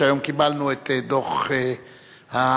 שהיום קיבלנו את דוח האומבודסמן,